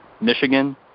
Michigan